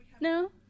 No